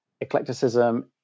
eclecticism